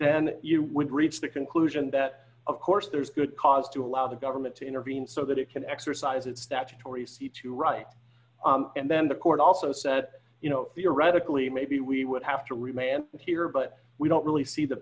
then you would reach the conclusion that of course there's good cause to allow the government to intervene so that it can exercise its statutory see to right and then the court also set you know theoretically maybe we would have to remand here but we don't really see the